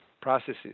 processes